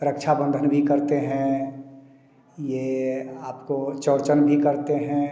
रक्षाबंधन भी करते हैं यह आपको चौरचंद भी करते हैं